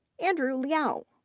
andrew liu,